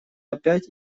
опять